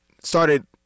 started